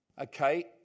okay